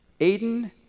Aiden